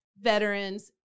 veterans